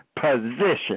position